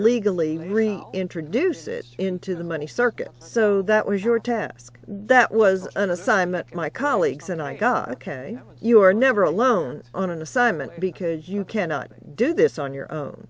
legally introduce it into the money circuit so that was your task that was an assignment my colleagues and i got a k you are never alone on an assignment because you cannot do this on your own